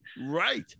Right